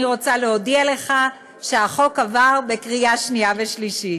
אני רוצה להודיע לך שהחוק עבר בקריאה שנייה ושלישית.